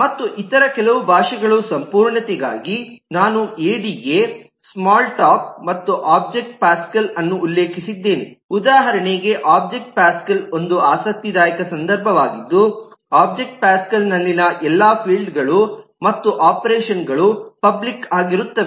ಮತ್ತು ಇತರ ಕೆಲವು ಭಾಷೆಗಳು ಸಂಪೂರ್ಣತೆಗಾಗಿ ನಾನು ಎಡಿಎ ಸ್ಮಾಲ್ ಟಾಕ್ ಮತ್ತು ಒಬ್ಜೆಕ್ಟ್ ಪ್ಯಾಸ್ಕಲ್ಅನ್ನು ಉಲ್ಲೇಖಿಸಿದ್ದೇನೆ ಉದಾಹರಣೆಗೆ ಒಬ್ಜೆಕ್ಟ್ ಪ್ಯಾಸ್ಕಲ್ ಒಂದು ಆಸಕ್ತಿದಾಯಕ ಸಂದರ್ಭವಾಗಿದ್ದು ಒಬ್ಜೆಕ್ಟ್ ಪ್ಯಾಸ್ಕಲ್ ನಲ್ಲಿನ ಎಲ್ಲಾ ಫೀಲ್ಡ್ಗಳು ಮತ್ತು ಆಪರೇಷನ್ಗಳು ಪಬ್ಲಿಕ್ ಆಗಿರುತ್ತವೆ